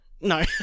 No